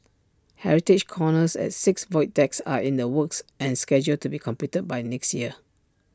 heritage corners at six void decks are in the works and scheduled to be completed by next year